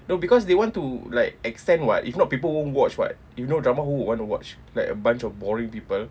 no because they want to like extend [what] if not people won't watch [what] if no drama who would want to watch like a bunch of boring people